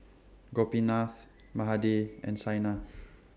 Gopinath Mahade and Saina